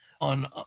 on